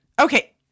Okay